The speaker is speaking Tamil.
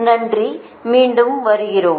நன்றி மீண்டும் வருகிறோம்